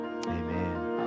Amen